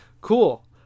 Cool